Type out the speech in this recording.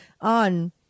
on